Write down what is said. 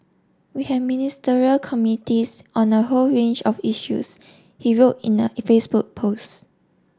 we have Ministerial committees on a whole range of issues he wrote in a Facebook post